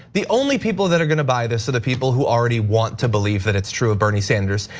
the only people that are gonna buy this are the people who already want to believe that it's true of bernie sanders.